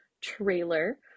trailer